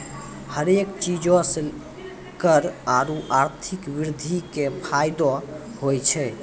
हरेक चीजो से कर आरु आर्थिक वृद्धि के फायदो होय छै